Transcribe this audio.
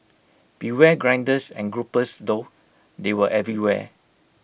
beware grinders and gropers though they were everywhere